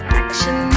action